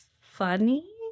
funny